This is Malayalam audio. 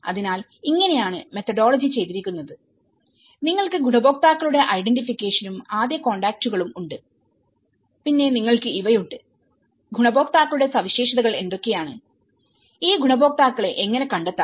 അതിനാൽഇങ്ങനെയാണ് മെത്തഡോളജി ചെയ്തിരിക്കുന്നത് നിങ്ങൾക്ക് ഗുണഭോക്താക്കളുടെ ഐഡന്റിഫിക്കേഷനും ആദ്യ കോൺടാക്റ്റുകളും ഉണ്ട് പിന്നെ നിങ്ങൾക്ക് ഇവയുണ്ട് ഗുണഭോക്താക്കളുടെ സവിശേഷതകൾ എന്തൊക്കെയാണ് ഈ ഗുണഭോക്താക്കളെ എങ്ങനെ കണ്ടെത്താം